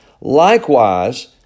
likewise